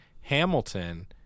hamilton